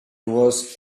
was